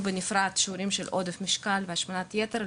בנפרד את השיעורים של עודף משקל ושל השמנת יתר,